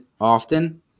often